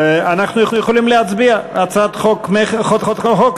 ואנחנו יכולים להצביע על הצעת חוק המכר